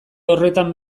horretan